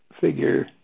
figure